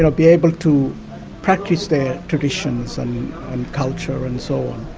ah be able to practise their traditions and culture and so on.